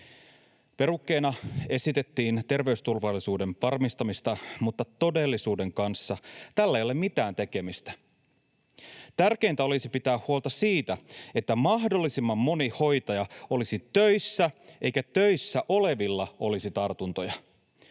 Verukkeena esitettiin terveysturvallisuuden varmistamista, mutta todellisuuden kanssa tällä ei ole mitään tekemistä. Tärkeintä olisi pitää huolta siitä, että mahdollisimman moni hoitaja olisi töissä eikä töissä olevilla olisi tartuntoja.